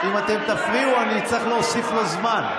אם אתם תפריעו אני אצטרך להוסיף לו זמן.